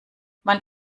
man